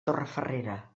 torrefarrera